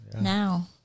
Now